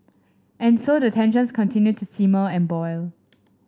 and so the tensions continue to simmer and boil